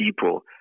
people